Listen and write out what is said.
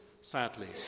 sadly